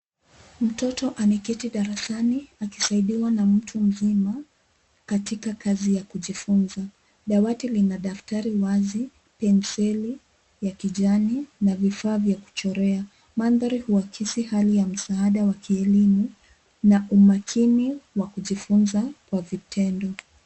Mtoto ameketi darasani akisaidiwa na mtu mzima katika kazi ya kujifunza. Dawati lina daftari wazi, penseli ya kijani na vifaa vya kuchorea. Mandhari huakisi hali ya msaada wa kielimu na umaakini wa kujifunza kwa vitendo.